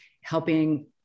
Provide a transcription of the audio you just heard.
helping